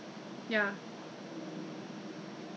april and may ah something like err two months I think april and may